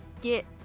get